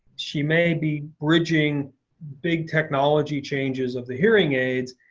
she may be bridging big technology changes of the hearing aids,